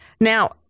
now